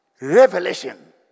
Revelation